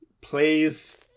plays